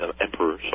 emperor